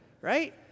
right